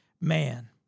man